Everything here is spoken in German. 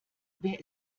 wer